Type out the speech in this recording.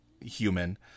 human